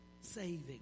saving